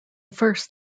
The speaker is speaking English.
first